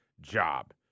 job